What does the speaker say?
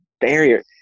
barrier